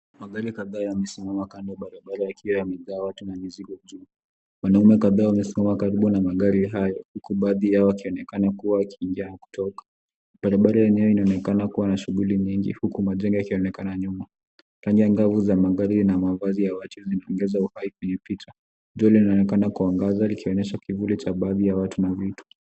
Magari makubwa yamesimama kando ya barabara yenye msongamano wa watu na magari madogo. Mwanamume mmoja amesimama karibu na gari kubwa, uso wake ukiwa na sura ya kukasirika kana kwamba ametoka kazini. Barabara inaonekana na shughuli nyingi huku magari na watu wakihangaika. Mwanga wa jua unaangaza na kuonyesha wingi wa watu na magari katika eneo hilo.